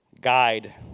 Guide